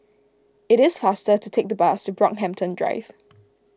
it is faster to take the bus to Brockhampton Drive